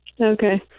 okay